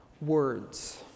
words